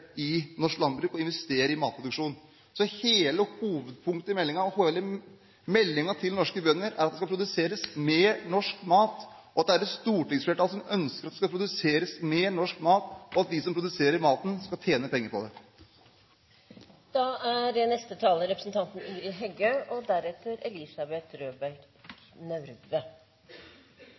i norsk landbruk og investere i matproduksjon. Hele hovedpunktet i meldingen og hele meldingen til norske bønder er at det skal produseres mer norsk mat, og at det er et stortingsflertall som ønsker at det skal produseres mer norsk mat, og at vi som produserer maten, skal tjene penger på det. Som sakordføraren og fleire andre her har nemnt, er det fyrste gongen at heile landbruks- og